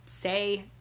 say